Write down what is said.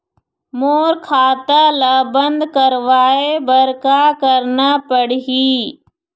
मोर खाता ला बंद करवाए बर का करना पड़ही?